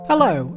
Hello